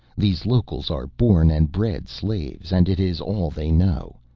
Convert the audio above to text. these locals are born and bred slaves and it is all they know.